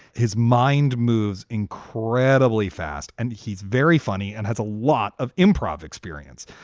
his mind moves incredibly fast and he's very funny and has a lot of improv experience.